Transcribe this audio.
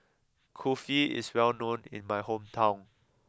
Kulfi is well known in my hometown